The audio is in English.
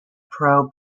pro